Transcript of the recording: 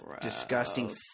disgusting